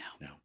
No